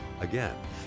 Again